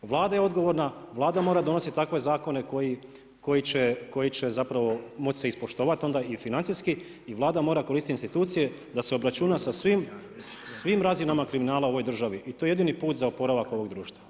Vlada je odgovorna, Vlada mora donositi takve zakone koji će zapravo moći se ispoštovati onda i financijski i Vlada mora koristiti institucije da se obračuna sa svim razinama kriminala u ovoj državi i to je jedini put za oporavak ovog društva.